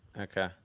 Okay